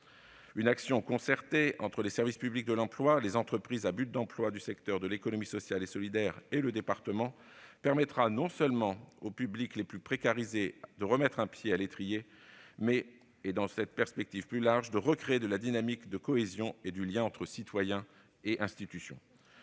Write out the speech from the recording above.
Une action concertée entre les services publics de l'emploi, les entreprises à but d'emploi du secteur de l'économie sociale et solidaire et le département permettra non seulement aux publics les plus précarisés de remettre le pied à l'étrier, mais aussi, dans une perspective plus large, de recréer une dynamique de cohésion et de renforcer le lien entre citoyens et institutions.